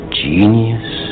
genius